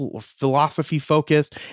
philosophy-focused